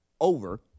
over